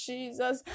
Jesus